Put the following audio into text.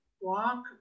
walk